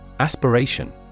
Aspiration